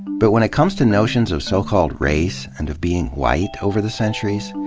but when it comes to notions of so-called race, and of being white over the centuries?